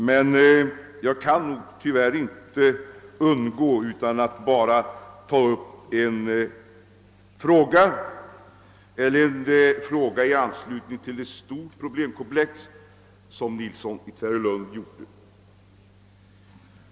Men jag kan inte underlåta att ta upp en fråga inom ett stort problemkomplex som herr Nilsson i Tvärålund gick in på.